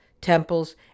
temples